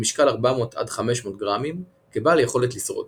במשקל 400-500 גרמים, כבעל יכולת לשרוד.